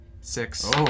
six